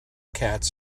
cats